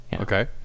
Okay